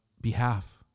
behalf